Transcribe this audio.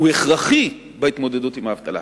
הכרחי בהתמודדות עם האבטלה.